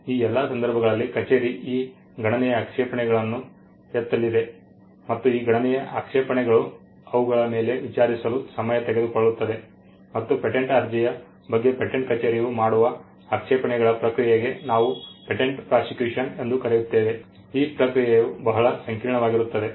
ಈ ಎಲ್ಲಾ ಸಂದರ್ಭಗಳಲ್ಲಿ ಕಚೇರಿ ಈ ಗಣನೀಯ ಆಕ್ಷೇಪಣೆಗಳನ್ನು ಎತ್ತಲಿದೆ ಮತ್ತು ಈ ಗಣನೀಯ ಆಕ್ಷೇಪಣೆಗಳು ಅವುಗಳ ಮೇಲೆ ವಿಚಾರಿಸಲು ಸಮಯ ತೆಗೆದುಕೊಳ್ಳುತ್ತದೆ ಮತ್ತು ಪೇಟೆಂಟ್ ಅರ್ಜಿಯ ಬಗ್ಗೆ ಪೇಟೆಂಟ್ ಕಚೇರಿಯೂ ಮಾಡುವ ಆಕ್ಷೇಪಣೆಗಳ ಪ್ರಕ್ರಿಯೆಗೆ ನಾವು ಪೇಟೆಂಟ್ ಪ್ರಾಸಿಕ್ಯೂಷನ್ ಎಂದು ಕರೆಯುತ್ತೇವೆ ಈ ಪ್ರಕ್ರಿಯೆಯು ಬಹಳ ಸಂಕೀರ್ಣವಾಗಿರುತ್ತದೆ